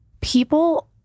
people